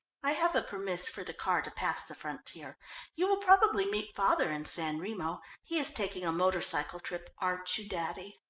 i have a permis for the car to pass the frontier you will probably meet father in san remo he is taking a motor-cycle trip, aren't you, daddy?